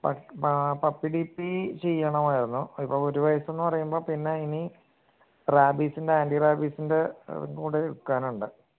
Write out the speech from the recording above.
ചെയ്യണമായിരുന്നു ഇപ്പം ഒരു വയസ്സെന്ന് പറയുമ്പം പിന്ന ഇനി റാബിസിൻ്റെ ആൻറ്റി റാബിസിൻ്റെ ഒന്നു കൂടെ എടുക്കാനുണ്ട്